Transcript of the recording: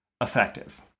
effective